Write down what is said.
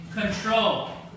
control